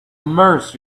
immerse